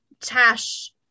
Tash